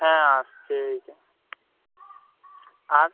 হ্যাঁ আসছে এই যে আর